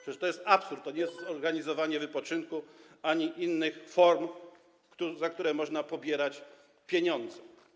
Przecież to jest absurd, to nie jest organizowanie wypoczynku ani innych form, za które można pobierać pieniądze.